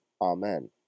Amen